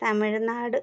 Tamil Nadu